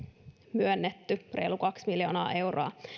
myönnetty reilu kaksi miljoonaa euroa